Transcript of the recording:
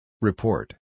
Report